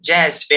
Jazz